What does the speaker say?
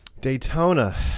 daytona